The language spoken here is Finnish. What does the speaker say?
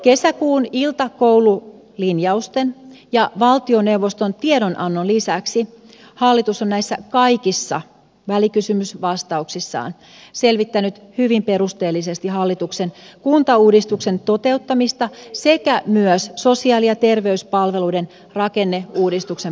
kesäkuun iltakoululinjausten ja valtioneuvoston tiedonannon lisäksi hallitus on näissä kaikissa välikysymysvastauksissaan selvittänyt hyvin perusteellisesti hallituksen kuntauudistuksen toteuttamista sekä myös sosiaali ja terveyspalveluiden rakenneuudistuksen vaiheita